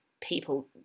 people